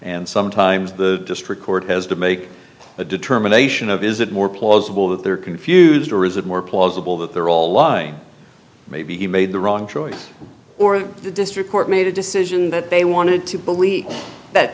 and sometimes the district court has to make a determination of is it more plausible that they're confused or is it more plausible that they're all why maybe he made the wrong choice or the district court made a decision that they wanted to believe that